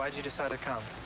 um you decide to come?